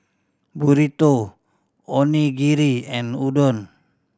Burrito Onigiri and Udon